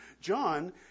john